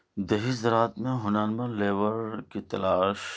دیہی زراعت میں ہنرمند لیبر کی تلاش